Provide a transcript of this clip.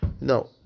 No